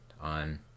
on